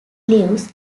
lives